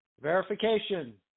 verification